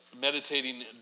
meditating